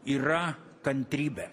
yra kantrybė